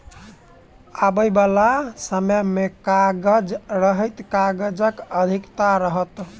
आबयबाला समय मे कागज रहित काजक अधिकता रहत